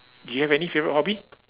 do you have any favorite hobby